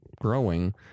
growing